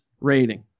rating